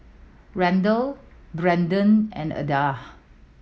Randle Branden and Ada